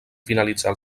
finalitzar